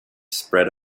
spread